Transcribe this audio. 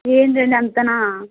ఏంటండి అంతనా